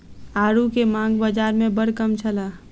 आड़ू के मांग बाज़ार में बड़ कम छल